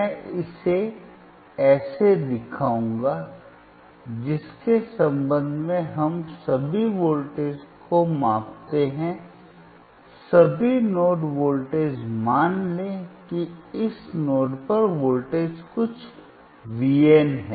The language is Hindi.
मैं इसे ऐसे दिखाऊंगा जिसके संबंध में हम सभी वोल्टेज को मापते हैं सभी नोड वोल्टेज मान लें कि इस नोड पर वोल्टेज कुछ V n है